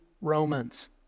Romans